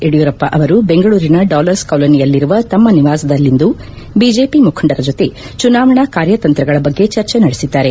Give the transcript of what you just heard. ಯಡಿಯೂರಪ್ಪ ಅವರು ಬೆಂಗಳೂರಿನ ಡಾಲರ್ಸ್ ಕಾಲೋನಿಯಲ್ಲಿರುವ ತಮ್ಮ ನಿವಾಸದಲ್ಲಿಂದು ಬಿಜೆಪಿ ಮುಖಂಡರ ಜೊತೆ ಚುನಾವಣಾ ಕಾರ್ಯತಂತ್ರಗಳ ಬಗ್ಗೆ ಚರ್ಚೆ ನಡೆಸಿದ್ದಾರೆ